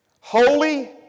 holy